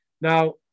Now